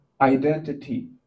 identity